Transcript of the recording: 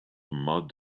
mud